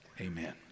Amen